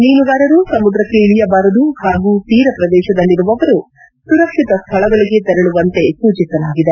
ಮೀನುಗಾರರು ಸಮುದ್ರಕ್ಕೆ ಇಳಿಯಬಾರದು ಹಾಗೂ ತೀರ ಪ್ರದೇಶದಲ್ಲಿರುವವರು ಸುರಕ್ಷಿತ ಸ್ಥಳಗಳಗೆ ತೆರಳುವಂತೆ ಸೂಚಿಸಲಾಗಿದೆ